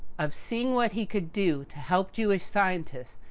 of seeing what he could do to help jewish scientists,